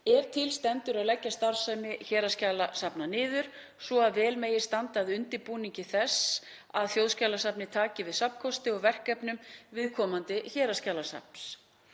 ef til stendur að leggja starfsemi héraðsskjalasafns niður, svo vel megi standa að undirbúningi þess að Þjóðskjalasafnið taki við safnkosti og verkefnum viðkomandi héraðsskjalasafns.